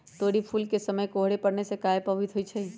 तोरी फुल के समय कोहर पड़ने से काहे पभवित होई छई?